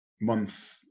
month